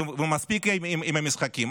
ומספיק עם המשחקים.